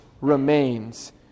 remains